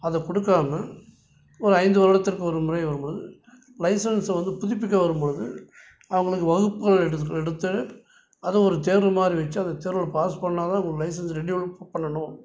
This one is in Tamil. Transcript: அதை கொடுக்காம ஒரு ஐந்து வருடத்திற்கு ஒரு முறை வரும்பொழுது லைசன்ஸை வந்து புதுப்பிக்க வரும்பொழுது அவங்களுக்கு வகுப்புகளை எடுத் எடுத்து அதுவும் ஒரு தேர்வு மாதிரி வச்சி அந்த தேர்வில் பாஸ் பண்ணால் தான் அவங்களோட லைசன்ஸ் ரினீவல் ப பண்ணணும்